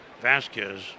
Vasquez